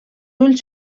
ulls